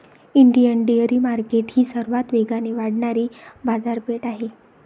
Indian dairy market ही सर्वात वेगाने वाढणारी बाजारपेठ आहे